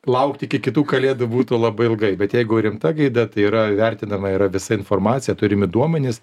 laukt iki kitų kalėdų būtų labai ilgai bet jeigu rimta gaida tai yra vertinama yra visa informacija turimi duomenys